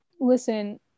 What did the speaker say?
Listen